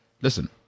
listen